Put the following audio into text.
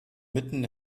mitten